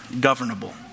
governable